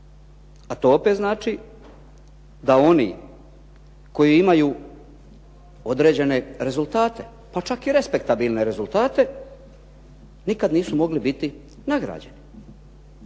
a to opet znači da oni koji imaju određene rezultate, pa čak i respektabilne rezultate nikada nisu mogli biti nagrađeni,